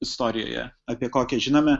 istorijoje apie kokią žinome